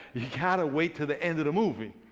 you got to wait to the end of the movie.